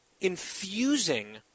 infusing